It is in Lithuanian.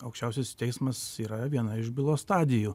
aukščiausiasis teismas yra viena iš bylos stadijų